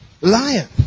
Lion